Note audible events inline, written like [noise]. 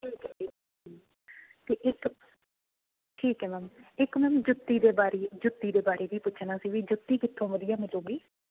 [unintelligible] ਅਤੇ ਇੱਕ ਠੀਕ ਹੈ ਮੈਮ ਇੱਕ ਮੈਮ ਜੁੱਤੀ ਦੇ ਬਾਰੇ ਜੁੱਤੀ ਦੇ ਬਾਰੇ ਵੀ ਪੁੱਛਣਾ ਸੀ ਵੀ ਜੁੱਤੀ ਕਿੱਥੋਂ ਵਧੀਆ ਮਿਲੇਗੀ